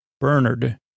Bernard